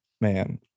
man